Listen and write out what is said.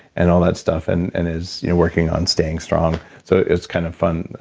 and all that stuff, and and is working on staying strong. so, it's kind of fun.